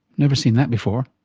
never seen that before.